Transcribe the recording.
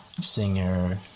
singer